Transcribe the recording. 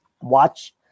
watch